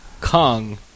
Kong